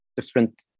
different